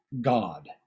God